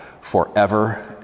forever